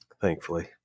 thankfully